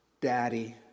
Daddy